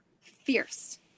fierce